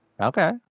Okay